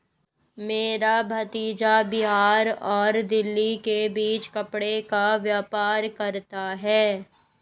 मेरा भतीजा बिहार और दिल्ली के बीच कपड़े का व्यापार करता है